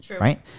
right